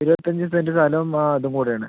ഇരുപത്തഞ്ച് സെൻറ്റ് സ്ഥലം ആ അതും കൂടെ ആണ്